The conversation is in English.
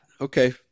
Okay